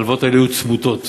ההלוואות האלה היו צמותות,